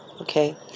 okay